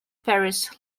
paris